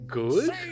good